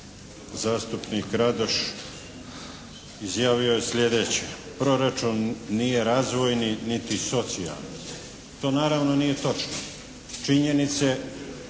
Zastupnik Radoš izjavio je sljedeće proračun nije razvojni niti socijalni. To naravno nije točno. Činjenice